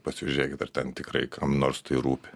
pasižiūrėkit ar ten tikrai kam nors tai rūpi